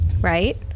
right